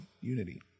unity